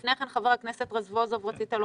אני רק